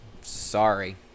sorry